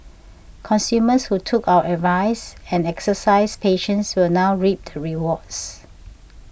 consumers who took our advice and exercised patience will now reap the rewards